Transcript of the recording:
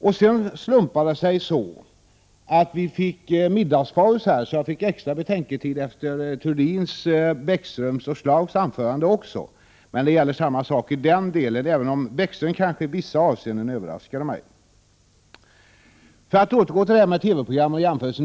Därefter slumpade det sig så att det blev middagspaus och jag fick extra betänketid efter Görel Thurdins, Lars Bäckströms och Birger Schlaugs anföranden. Men även i den delen gäller samma sak, även om Lars Bäckström i vissa avseenden överraskade mig. Jag återgår till TV-programmet och jämförelser.